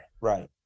right